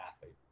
athlete